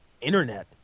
internet